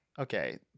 Okay